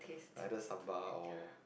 either sambal or